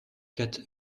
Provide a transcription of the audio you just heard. quatre